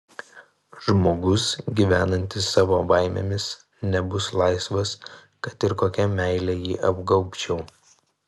žmogus gyvenantis savo baimėmis nebus laisvas kad ir kokia meile jį apgaubčiau